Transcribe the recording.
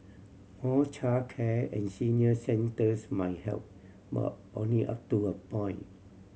more childcare and senior centres might help but only up to a point